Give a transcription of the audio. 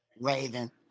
Raven